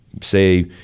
say